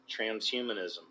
Transhumanism